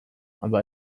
aber